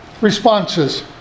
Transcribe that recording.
responses